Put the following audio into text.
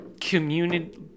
community